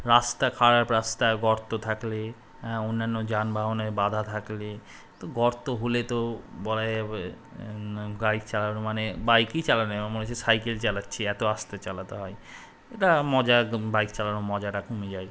রাস্তা খারাপ রাস্তায় গর্ত থাকলে হ্যাঁ অন্যান্য যানবাহনের বাধা থাকলে তো গর্ত হলে তো বলা যাবে বাইক চালানো মানে বাইকই চালানো মনে হচ্ছে না সাইকেল চালাচ্ছি এতো আস্তে চালাতে হয় এটা মজা বাইক চালানোর মজাটা কমে যায়